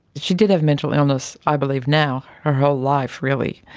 she did have mental illness, i believe now, her whole life really,